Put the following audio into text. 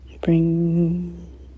Bring